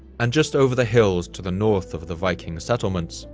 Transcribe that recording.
and just over the hills to the north of the viking settlements,